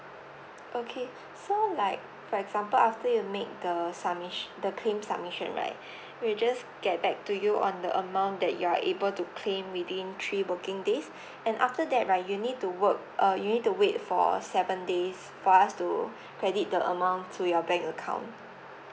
okay so like for example after you make the submis~ the claim submission right we just get back to you on the amount that you are able to claim within three working days and after that right you need to work uh you need to wait for seven days for us to credit the amount to your bank account